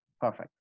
Perfect